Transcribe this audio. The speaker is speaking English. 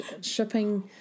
shipping